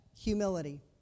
Humility